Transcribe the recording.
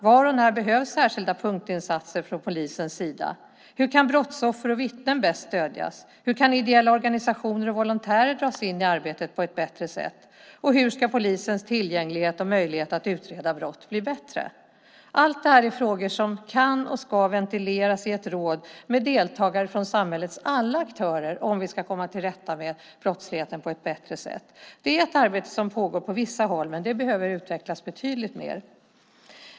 Var och när behövs särskilda punktinsatser från polisens sida? Hur kan brottsoffer och vittnen bäst stödjas? Hur kan ideella organisationer och volontärer dras in i arbetet på ett bättre sätt? Och hur ska polisens tillgänglighet och möjlighet att utreda brott bli bättre? Allt detta är frågor som kan och ska ventileras i ett råd med deltagande från samhällets alla aktörer om vi ska komma till rätta med brottsligheten på ett bättre sätt. Det är ett arbete som pågår på vissa håll, men det behöver utvecklas betydligt mer.